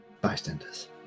bystanders